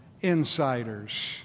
insiders